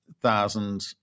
thousand